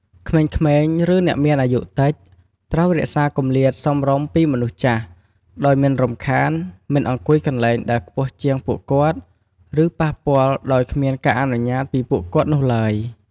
ក្មេងៗ ឬ អ្នកមានអាយុតិច ត្រូវរក្សាទម្លាតសមរម្យពីមនុស្សចាស់ ដោយមិនរំខាន មិនអង្គុយកន្លែងដែលខ្ពស់ជាងពួកគាត់ ឬ ប៉ះពាល់ដោយគ្មានការអនុញ្ញាតិពីពួកគាត់នោះឡើយ។